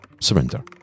surrender